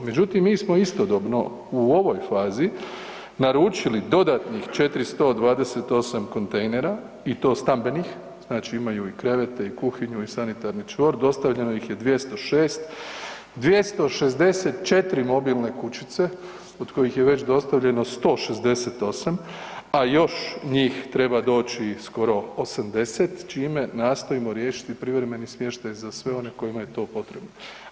Međutim, mi smo istodobno u ovoj fazi naručili dodatnih 428 kontejnera i to stambenih, znači imaju i krevete i kuhinju i sanitarni čvor, dostavljeno ih je 206, 264 mobilne kućice, od kojih je već dostavljeno 168, a još njih treba doći skoro 80, čime nastojimo riješiti privremeni smještaj za sve one kojima je to potrebno.